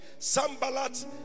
Sambalat